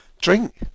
drink